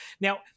Now